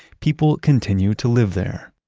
people continue to live there.